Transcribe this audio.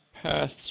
paths